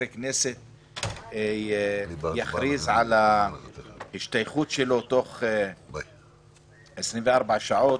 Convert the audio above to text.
כנסת יכריז על ההשתייכות שלו תוך 24 שעות,